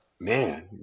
Man